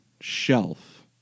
shelf